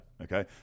okay